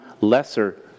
lesser